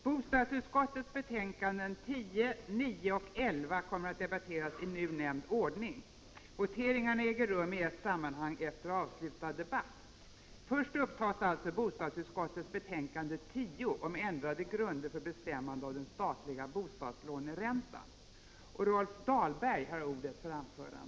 Bostadsutskottets betänkanden 10, 9 och 11 kommer att debatteras i nu nämnd ordning. Voteringarna äger rum i ett sammanhang efter avslutad debatt. Först upptas alltså bostadsutskottets betänkande 10 om ändrade grunder för bestämmande av den statliga bostadslåneräntan.